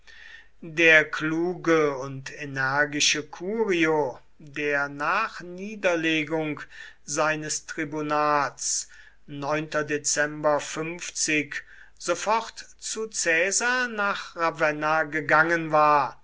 der kluge und energische curio der nach niederlegung seines tribunats sofort zu caesar nach ravenna gegangen war